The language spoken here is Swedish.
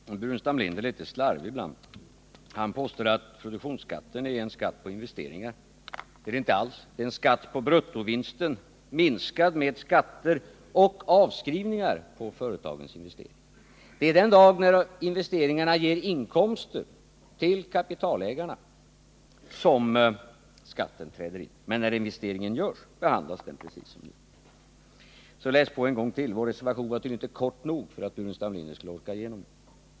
Herr talman! Staffan Burenstam Linder är litet slarvig ibland. Han påstår att produktionsskatten är en skatt på investeringar. Det är den inte alls. Produktionsskatten är en skatt på bruttovinsten minskad med skatter och avskrivningar på företagens investeringar. Det är den dag då investeringarna ger inkomster till kapitalägarna som skatten kommer i fråga, men när investeringen görs behandlas den precis som nu. Så läs på en gång till! Vår reservation var tydligen inte kort nog för att herr Burenstam Linder skulle orka igenom den.